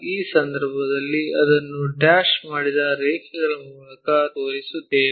ಆ ಸಂದರ್ಭದಲ್ಲಿ ಅದನ್ನು ಡ್ಯಾಶ್ ಮಾಡಿದ ರೇಖೆಗಳ ಮೂಲಕ ತೋರಿಸುತ್ತೇವೆ